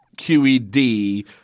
QED